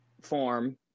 form